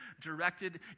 directed